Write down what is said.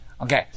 Okay